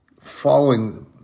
following